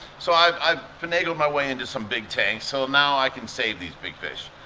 so i've i've finagled my way into some big tanks so now i can save these big fish.